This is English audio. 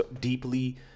deeply